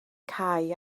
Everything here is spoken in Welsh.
cau